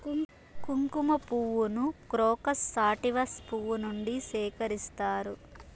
కుంకుమ పువ్వును crocus sativus పువ్వు నుండి సేకరిస్తారు